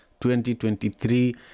2023